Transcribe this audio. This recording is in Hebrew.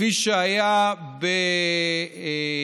כפי שהיה בהחלטה,